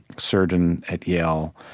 surgeon at yale,